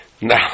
Now